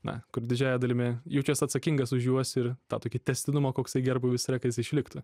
na kur didžiąja dalimi jaučiuosi atsakingas už juos ir tą tokį tęstinumą koksai gerbūvis yra kas išliktų